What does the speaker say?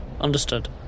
Understood